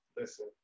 Listen